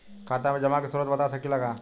खाता में जमा के स्रोत बता सकी ला का?